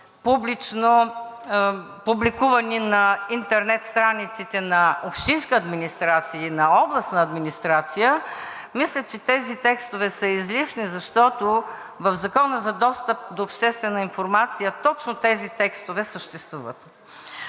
публикувани на интернет страниците на общинската администрация и на областната администрация, мисля, че тези текстове са излишни, защото в Закона за достъп до обществена информация точно тези текстове съществуват.